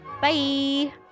Bye